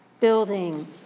building